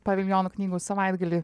paviljono knygų savaitgaly